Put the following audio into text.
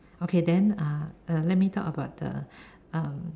okay then uh let me talk about the um